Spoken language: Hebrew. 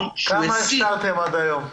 --- כמה משרד הבריאות הכשיר עד היום?